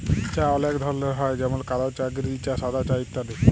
চাঁ অলেক ধরলের হ্যয় যেমল কাল চাঁ গিরিল চাঁ সাদা চাঁ ইত্যাদি